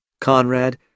Conrad